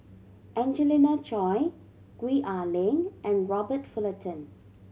Angelina Choy Gwee Ah Leng and Robert Fullerton